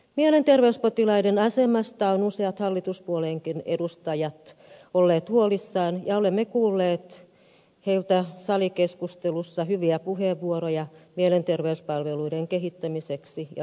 mielenterveyspotilaiden asemasta ovat useat hallituspuolueidenkin edustajat olleet huolissaan ja olemme kuulleet heiltä salikeskustelussa hyviä puheenvuoroja mielenterveyspalveluiden kehittämiseksi ja lisäämiseksi